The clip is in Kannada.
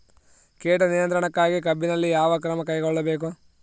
ಕೇಟ ನಿಯಂತ್ರಣಕ್ಕಾಗಿ ಕಬ್ಬಿನಲ್ಲಿ ಯಾವ ಕ್ರಮ ಕೈಗೊಳ್ಳಬೇಕು?